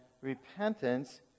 repentance